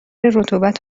رطوبت